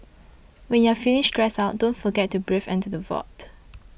when you are feeling stressed out don't forget to breathe into the void